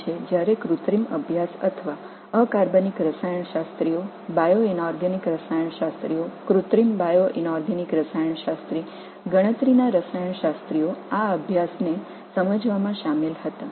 இது செயற்கை ஆய்வுகள் அல்லது கனிம வேதியியலாளர்கள் உயிரியக்கவியல் வேதியியலாளர்கள் செயற்கை உயிரியக்க வேதியியலாளர் கணக்கீட்டு வேதியியலாளர்கள் இந்த சிக்கலைப் புரிந்துகொள்வதில் ஈடுபட்டனர்